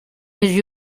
his